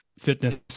fitness